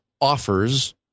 offers